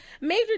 major